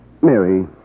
Mary